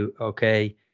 okay